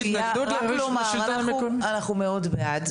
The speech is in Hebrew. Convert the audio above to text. אנחנו מאוד בעד.